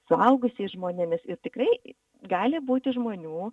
suaugusiais žmonėmis ir tikrai gali būti žmonių